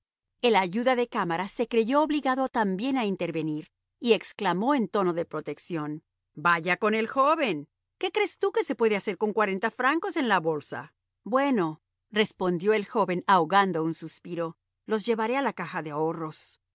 francos el ayuda de cámara se creyó obligado también a intervenir y exclamó en tono de protección vaya con el joven qué crees tú que se puede hacer con cuarenta francos en la bolsa bueno respondió el joven ahogando un suspiro los llevaré a la caja de ahorros